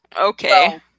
Okay